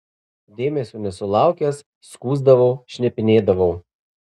dėmesio nesulaukęs skųsdavau šnipinėdavau